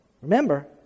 Remember